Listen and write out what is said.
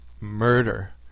murder